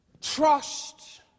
trust